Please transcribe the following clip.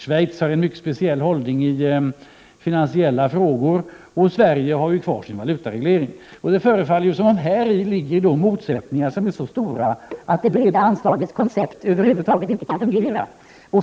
Schweiz har en mycket speciell hållning i finansiella frågor, och Sverige har ju kvar sin valutareglering. Det förefaller som om häri ligger motsättningar så stora att det breda anslagets koncept över huvud taget inte kan fungera.